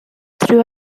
threw